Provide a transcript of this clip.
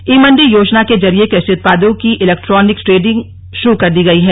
ई मंडी योजना के जरिए कृषि उत्पादों की इलेक्ट्रॉनिक ट्रेडिंग शुरू कर दी गई है